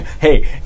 Hey